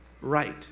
right